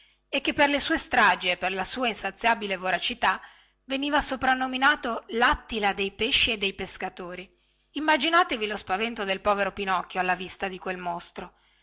e che per le sue stragi e per la sua insaziabile voracità veniva soprannominato lattila dei pesci e dei pescatori immaginatevi lo spavento del povero pinocchio alla vista del mostro